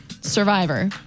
Survivor